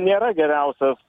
nėra geriausias